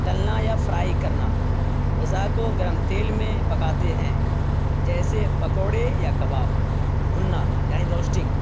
تلنا یا فرائی کرنا غذا کو گرم تیل میں پکاتے ہیں جیسے پکوڑے یا کباب بھوننا یعنی روسٹنگ